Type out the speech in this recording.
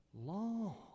long